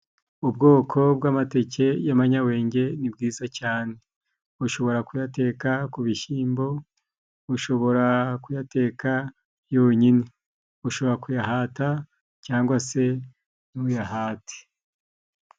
Ubwoko bw'amateke y'amanyabwenge ni bwiza cyane. Ushobora kuyateka ku bishyimbo, ushobora kuyateka yonyine, ushobora kuyahata cyangwa se ntuyahate.